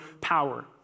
power